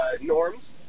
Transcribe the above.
norms